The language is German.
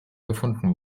gefunden